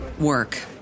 work